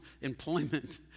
employment